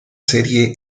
serie